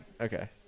Okay